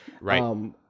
Right